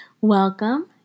welcome